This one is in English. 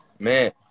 Man